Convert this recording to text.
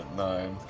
nine.